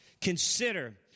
Consider